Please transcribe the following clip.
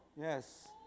Yes